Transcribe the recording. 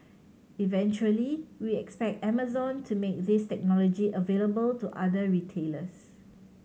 eventually we expect Amazon to make this technology available to other retailers